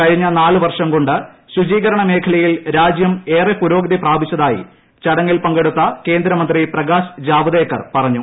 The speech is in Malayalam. കഴിഞ്ഞ നാലുവർഷം കൊണ്ട് ശുചീകരണ മേഖലയിൽ രാജ്യം ഏറെ പുരോഗതി പ്രാപിച്ചതായി ചടങ്ങിൽ പങ്കെടുത്ത കേന്ദ്രമന്ത്രി പ്രകാശ് ജാവ്ദേക്കർ പറഞ്ഞു